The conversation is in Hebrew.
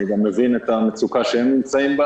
אני גם מבין את המצוקה שהם נמצאים בה